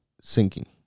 sinking